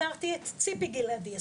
הכרתי את ציפי גלעדי,